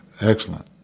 excellent